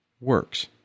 works